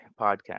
Podcast